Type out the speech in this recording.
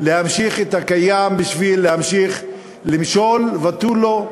להמשיך את הקיים בשביל להמשיך למשול ותו לא.